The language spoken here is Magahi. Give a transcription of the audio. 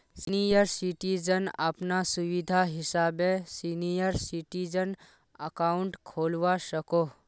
सीनियर सिटीजन अपना सुविधा हिसाबे सीनियर सिटीजन अकाउंट खोलवा सकोह